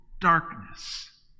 darkness